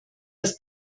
das